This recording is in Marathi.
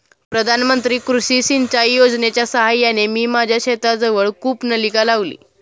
प्रधानमंत्री कृषी सिंचाई योजनेच्या साहाय्याने मी माझ्या शेताजवळ कूपनलिका लावली